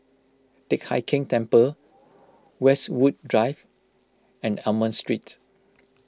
Teck Hai Keng Temple Westwood Drive and Almond Street